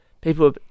people